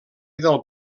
del